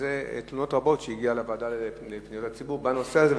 ותלונות רבות הגיעו לוועדה לפניות הציבור בנושא הזה.